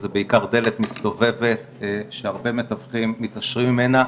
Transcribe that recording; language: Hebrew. זה בעיקר דלת מסתובבת שהרבה מטפלים מתעשרים ממנה,